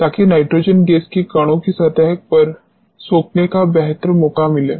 ताकि nitrogen gas को कणों की सतह पर सोखने का बेहतर मौका मिले